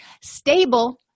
Stable